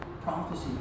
prophecy